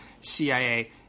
CIA